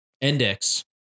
Index